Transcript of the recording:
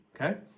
okay